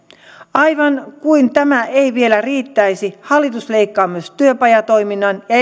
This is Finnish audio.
aivan kuin tämä ei vielä riittäisi hallitus leikkaa myös työpajatoiminnan ja